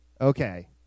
Okay